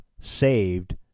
saved